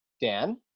dan